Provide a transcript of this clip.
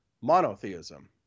monotheism